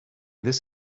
this